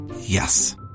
Yes